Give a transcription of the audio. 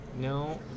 no